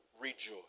rejoice